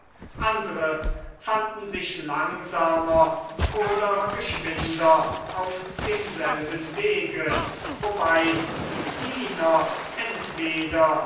andre fanden sich langsamer oder geschwinder auf demselben wege wobei die diener entweder